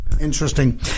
Interesting